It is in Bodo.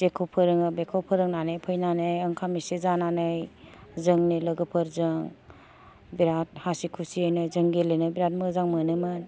जेखौ फोरोङो बेखौ फरायनानै ओंखाम एसे जानानै जोंनि लोगोफोरजों बिराथ हासि खुसियैनो जों गेलेनो बिराथ मोजां मोनो मोन